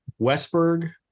Westberg